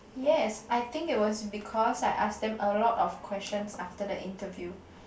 yes I think it was because I asked them a lot of questions after the interview